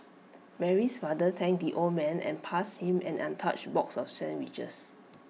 Mary's father thanked the old man and passed him an untouched box of sandwiches